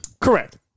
Correct